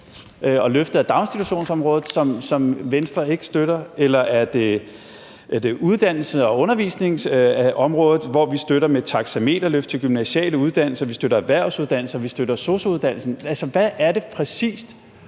og løftet af daginstitutionsområdet, som Venstre ikke støtter? Eller er det uddannelses- og undervisningsområdet, hvor vi støtter med et taxameterløft til gymnasiale uddannelser og støtter erhvervsuddannelser og sosu-uddannelsen? Altså, hvad er det præcis